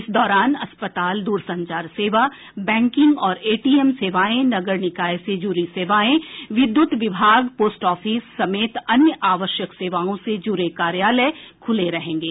इस दौरान अस्पताल दूरसंचार सेवा बैंकिंग और एटीएम सेवाएं नगर निकाय से जुड़ी सेवाएं विद्युत विभाग पोस्ट ऑफिस समेत अन्य आवश्यक सेवाओं से जुड़े कार्यालय खुले रहेंगे